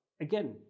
again